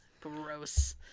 Gross